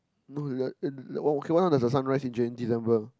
no that one okay what time does the sun rise in Jan December